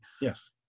yes